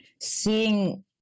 Seeing